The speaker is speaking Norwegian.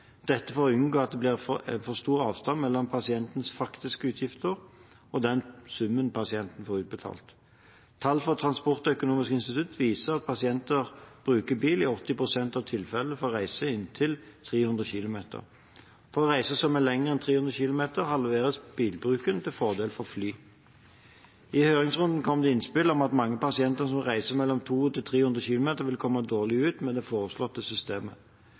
dette for å unngå at det blir for stor avstand mellom pasientens faktiske utgifter og den summen pasienten får utbetalt. Tall fra Transportøkonomisk institutt viser at pasienten bruker bil i 80 pst. av tilfellene for reiser inntil 300 km. For reiser som er lengre enn 300 km, halveres bilbruken til fordel for fly. I høringsrunden kom det innspill om at mange pasienter som reiser mellom 200 og 300 km, vil komme dårlig ut med det foreslåtte systemet.